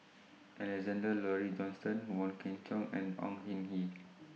Alexander Laurie Johnston Wong Kwei Cheong and Au Hing Yee